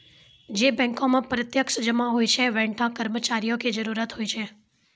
जै बैंको मे प्रत्यक्ष जमा होय छै वैंठा कर्मचारियो के जरुरत होय छै